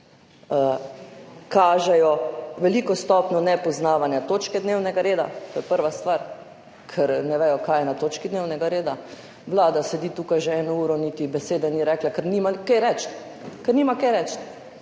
kaže veliko stopnjo nepoznavanja točke dnevnega reda. To je prva stvar. Ker ne vedo, kaj je na točki dnevnega reda. Vlada sedi tukaj že eno uro, niti besede ni rekla, ker nima kaj reči.